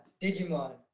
Digimon